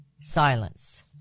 silence